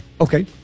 Okay